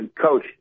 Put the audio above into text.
Coach